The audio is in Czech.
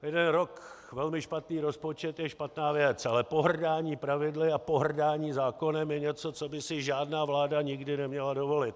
Jeden rok velmi špatný rozpočet je špatná věc, ale pohrdání pravidly a pohrdání zákonem je něco, co by si žádná vláda nikdy neměla dovolit.